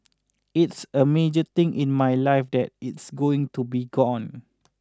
it's a major thing in my life that it's going to be gone